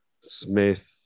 Smith